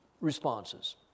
responses